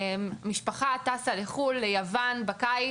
משפחה טסה לחו"ל, ליוון, בקיץ.